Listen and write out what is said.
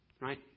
Right